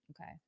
Okay